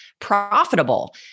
profitable